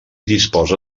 disposa